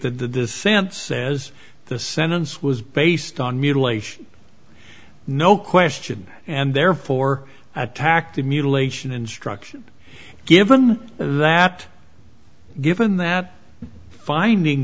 that the dissent says the sentence was based on mutilation no question and therefore attacked the mutilation instruction given that given that finding